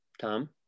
Tom